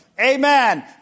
Amen